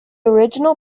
original